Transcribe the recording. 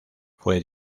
fue